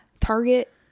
target